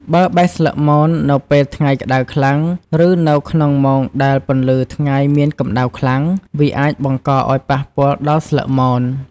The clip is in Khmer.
បើបេះស្លឹកមននៅពេលថ្ងៃក្ដៅខ្លាំង ឬនៅក្នុងម៉ោងដែលពន្លឺថ្ងៃមានកម្តៅខ្លាំង វាអាចបង្កឱ្យប៉ះពាល់ដល់ស្លឹកមន។